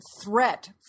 threat